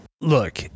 look